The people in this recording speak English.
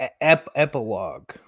epilogue